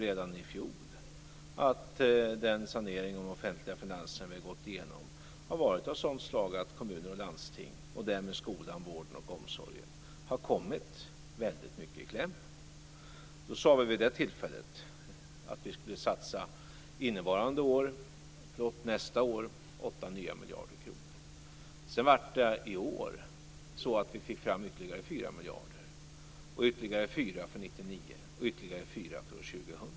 Redan i fjol såg vi att den sanering av de offentliga finanserna som vi gått igenom har varit av ett sådant slag att kommuner och landsting - och därmed skolan, vården och omsorgen - har kommit väldigt mycket i kläm. Vi det tillfället sade vi att vi skulle satsa 8 nya miljarder kronor nästa år. I år fick vi fram ytterligare 4 miljarder, ytterligare 4 miljarder för 1999 och ytterligare 4 miljarder för 2000.